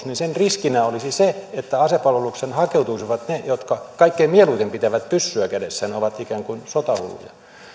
niin sen riskinä olisi se että asepalvelukseen hakeutuisivat ne jotka kaikkein mieluiten pitävät pyssyä kädessään ovat ikään kuin sotahulluja